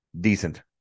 decent